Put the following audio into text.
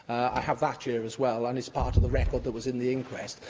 i have that here as well, and it's part of the record that was in the inquest.